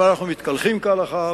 אבל אנחנו מתקלחים כהלכה,